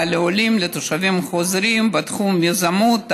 לעולים ולתושבים חוזרים בתחומים יזמות,